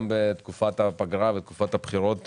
גם בתקופת הפגרה וגם בתקופת הבחירות,